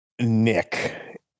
Nick